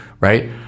right